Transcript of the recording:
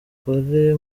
mugore